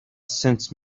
sent